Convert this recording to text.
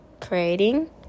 creating